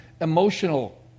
emotional